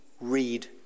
read